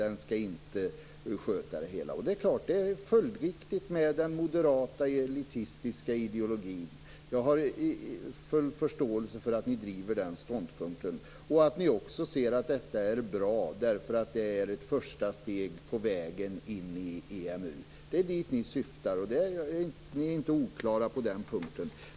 Den skall inte sköta det hela. Det är klart att det är följdriktigt med den moderata elitistiska ideologin. Jag har full förståelse för att ni driver den ståndpunkten och att ni också ser att detta är bra därför att det är ett första steg på vägen in i EMU. Det är dit ni syftar. Ni är inte oklara på den punkten.